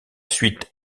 suite